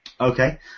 Okay